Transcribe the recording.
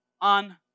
on